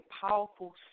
powerful